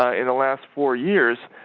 ah in the last four years